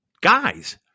guys